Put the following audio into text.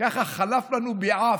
ככה חלף לנו ביעף.